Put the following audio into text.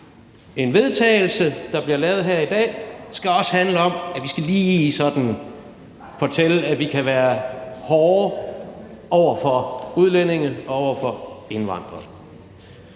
til vedtagelse, der bliver fremsat her i dag, skal også handle om, at vi lige sådan skal fortælle, at vi kan være hårde over for udlændinge og over for indvandrere.